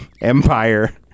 empire